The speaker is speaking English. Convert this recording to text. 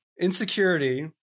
Insecurity